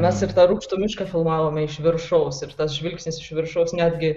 mes ir tą rūgštų mišką filmavome iš viršaus ir tas žvilgsnis iš viršaus netgi